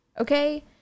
Okay